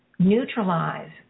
neutralize